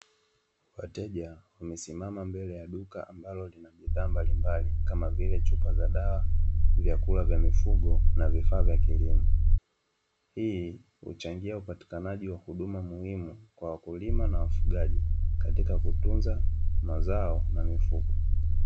Wateja wamesimama mbele ya duka ambalo lina bidhaa mbalimbali kama vile madawa na pembejeo za kilimo